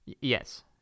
Yes